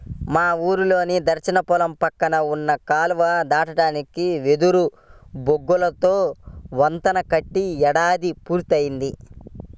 మా ఊరిలో దక్షిణ పొలం పక్కన ఉన్న కాలువ దాటడానికి వెదురు బొంగులతో వంతెన కట్టి ఏడాది పూర్తయ్యింది